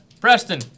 Preston